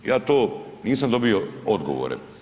Ja to nisam dobio odgovore.